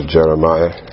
Jeremiah